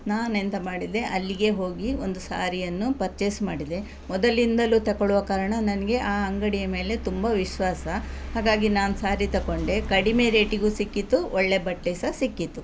ನಾನೆಂತ ಮಾಡಿದೆ ಅಲ್ಲಿಗೆ ಹೋಗಿ ಒಂದು ಸ್ಯಾರಿಯನ್ನು ಪರ್ಚೇಸ್ ಮಾಡಿದೆ ಮೊದಲಿಂದಲು ತಗೊಳ್ಳುವ ಕಾರಣ ನನಗೆ ಆ ಅಂಗಡಿಯ ಮೇಲೆ ತುಂಬ ವಿಶ್ವಾಸ ಹಾಗಾಗಿ ನಾನು ಸಾರಿ ತಗೊಂಡೆ ಕಡಿಮೆ ರೇಟಿಗು ಸಿಕ್ಕಿತು ಒಳ್ಳೆಯ ಬಟ್ಟೆ ಸಹ ಸಿಕ್ಕಿತು